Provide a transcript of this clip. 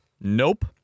Nope